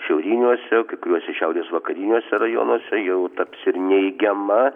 šiauriniuose kai kuriuose šiaurės vakariniuose rajonuose jau taps ir neigiama